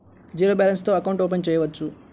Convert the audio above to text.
Zero balance తో account open చేయవచ్చు?